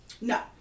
No